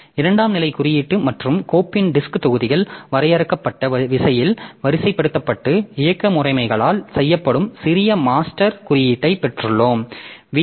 எனவே இரண்டாம் நிலை குறியீட்டு மற்றும் கோப்பின் டிஸ்க் தொகுதிகள் வரையறுக்கப்பட்ட விசையில் வரிசைப்படுத்தப்பட்டு இயக்க முறைமைகளால் செய்யப்படும் சிறிய மாஸ்டர் குறியீட்டை பெற்றுள்ளோம் வி